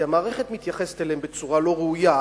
כי המערכת מתייחסת אליהם בצורה לא ראויה,